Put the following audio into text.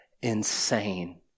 insane